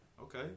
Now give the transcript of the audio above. Okay